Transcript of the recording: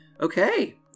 Okay